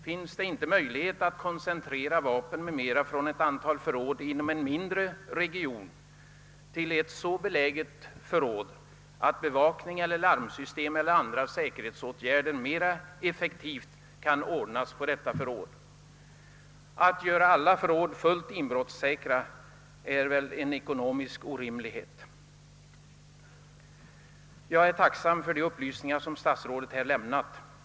Skulle det inte vara möjligt att koncentrera vapen m.m. för en mindre region till ett förråd, som är så beläget att effektiv bevakning eller larmsystem kan anordnas eller andra säkerhetsåtgärder vidtagas? Att göra alla förråd fullt inbrottssäkra är väl en ekonomisk orimlighet. Jag är tacksam för de upplysningar som statsrådet här lämnat.